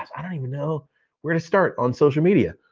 i don't even know where to start on social media.